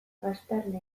aztarna